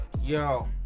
yo